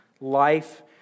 life